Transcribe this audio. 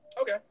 okay